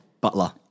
Butler